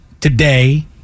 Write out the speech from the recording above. today